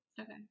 Okay